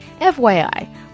FYI